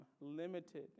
limited